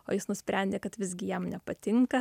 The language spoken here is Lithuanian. o jis nusprendė kad visgi jam nepatinka